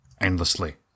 endlessly